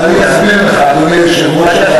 אז אני אסביר לך, אדוני היושב-ראש.